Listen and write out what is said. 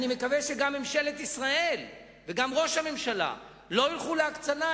אני מקווה שגם ממשלת ישראל וגם ראש הממשלה לא ילכו להקצנה,